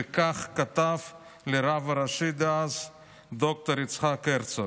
וכך כתב לרב הראשי דאז ד"ר יצחק הרצוג: